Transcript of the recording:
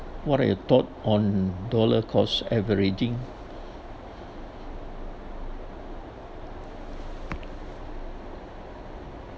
what are your thought on dollar cost averaging